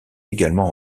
également